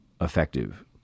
effective